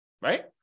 Right